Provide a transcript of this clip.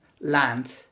land